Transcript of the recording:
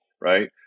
right